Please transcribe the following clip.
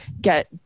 get